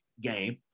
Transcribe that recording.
game